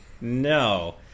no